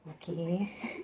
okay